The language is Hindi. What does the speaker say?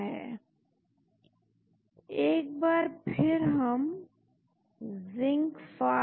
तो हम कहते हैं A B C F G और फिर हम कहते हैं B C H I K L calculate या गणना